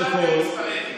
לא שאלתי על מספרי תיקים.